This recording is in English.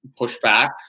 pushback